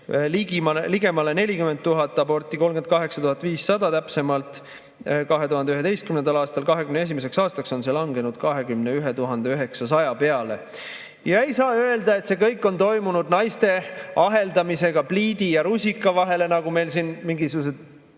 ligemale 40 000 aborti, 38 500 täpsemalt, 2011. aastal ja 2021. aastaks oli see langenud 21 900 peale. Ei saa öelda, et see kõik on toimunud naiste aheldamisega pliidi ja rusika vahele, nagu meil siin mingisugused